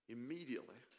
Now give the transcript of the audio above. Immediately